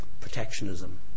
protectionism